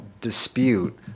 dispute